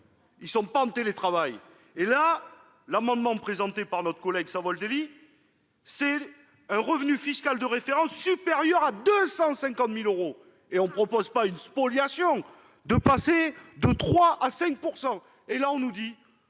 ils ne sont pas en télétravail. L'amendement présenté par notre collègue Savoldelli vise un revenu fiscal de référence supérieur à 250 000 euros par an et on ne propose pas une spoliation, il s'agit de passer de 3 %